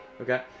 Okay